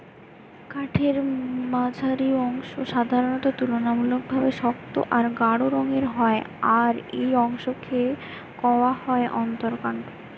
কাঠের মঝির অংশ সাধারণত তুলনামূলকভাবে শক্ত আর গাঢ় রঙের হয় আর এই অংশকে কওয়া হয় অন্তরকাঠ